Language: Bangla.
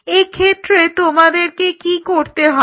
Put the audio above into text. এক্ষেত্রে তোমাদেরকে কি করতে হবে